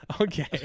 Okay